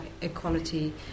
equality